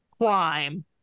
crime